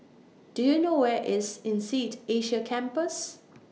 Do YOU know Where IS Insead Asia Campus